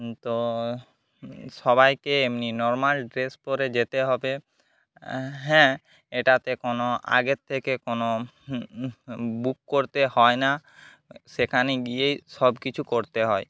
তো সবাইকে এমনি নর্মাল ড্রেস পরে যেতে হবে হ্যাঁ এটাতে কোনও আগের থেকে কোনো বুক করতে হয় না সেখানে গিয়েই সবকিছু করতে হয়